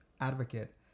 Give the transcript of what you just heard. advocate